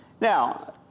Now